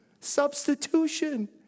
substitution